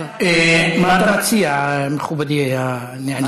מה אתה מציע, מכובדי הנעלה?